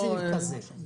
אין תקציב כזה.